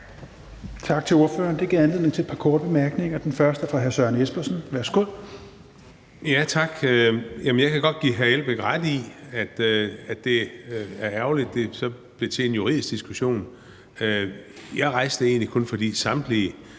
Tak til ordføreren. Det gav anledning til et par korte bemærkninger. Den første er fra hr. Søren Espersen. Værsgo. Kl. 16:45 Søren Espersen (DF): Tak. Jeg kan godt give hr. Uffe Elbæk har ret i, at det er ærgerligt, at det så bliver til en juridisk diskussion. Jeg rejste det egentlig kun, fordi samtlige